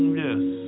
yes